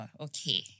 Okay